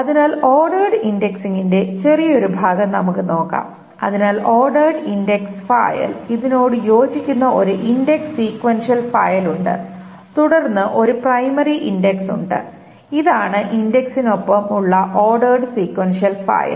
അതിനാൽ ഓർഡേർഡ് ഇൻഡെക്സിന്റെ ചെറിയൊരു ഭാഗം നമുക്ക് നോക്കാം അതിനാൽ ഓർഡേർഡ് ഇൻഡെക്സ് ഫയൽ ഇതിനോട് യോജിക്കുന്ന ഒരു ഇൻഡക്സ് സീക്വൻഷ്യൽ ഫയൽ ഉണ്ട് തുടർന്ന് ഒരു പ്രൈമറി ഇൻഡെക്സ് ഉണ്ട് ഇതാണ് ഇൻഡെക്സിനൊപ്പം ഉള്ള ഓർഡേർഡ് സീക്വൻഷ്യൽ ഫയൽ